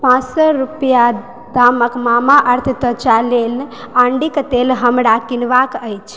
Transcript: पाँच सए रूपैआ दामक मामाअर्थ त्वचा लेल अरण्डीक तेल हमरा किनबाक अछि